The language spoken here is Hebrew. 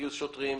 גיוס שוטרים,